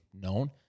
known